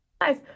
guys